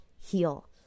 HEAL